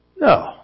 No